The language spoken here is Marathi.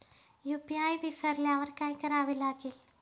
यू.पी.आय विसरल्यावर काय करावे लागेल?